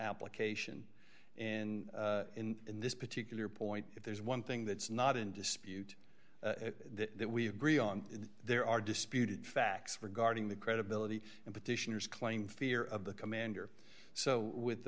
application and in this particular point if there's one thing that's not in dispute that we agree on there are disputed facts regarding the credibility and petitioners claim fear of the commander so